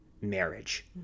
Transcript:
marriage